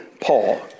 Paul